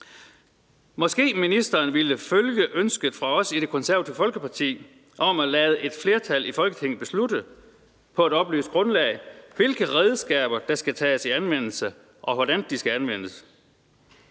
Måske ville ministeren følge ønsket fra os i Det Konservative Folkeparti om at lade et flertal i Folketinget på et oplyst grundlag beslutte, hvilke redskaber der skal tages i anvendelse, og hvordan de skal anvendes.